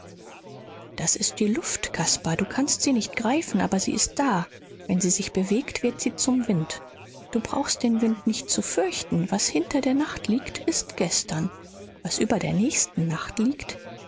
das ist die luft caspar du kannst sie nicht greifen aber sie ist da wenn sie sich bewegt wird sie zum wind du brauchst den wind nicht zu fürchten was hinter der nacht liegt ist gestern was über der nächsten nacht liegt